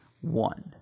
one